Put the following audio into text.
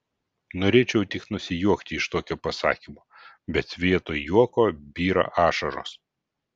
norėčiau tik nusijuokti iš tokio pasakymo bet vietoj juoko byra ašaros